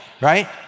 right